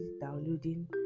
downloading